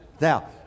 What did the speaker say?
Now